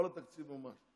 כל התקציב מומש.